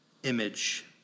image